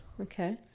Okay